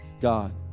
God